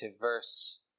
verse